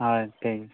ᱦᱳᱭ ᱴᱷᱤᱠ